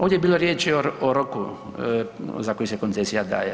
Ovdje je bilo riječi o rokovima za koji se koncesija daje.